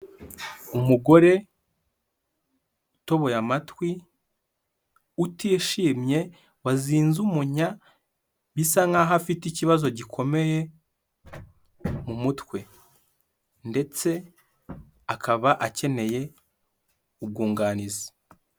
Umugore utoboye amatwi utishimye wazinze umunya bisa nkaho afite ikibazo gikomeye mu mutwe ndetse akaba akeneye ubwunganizi.